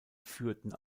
führten